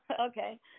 Okay